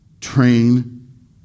train